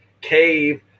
cave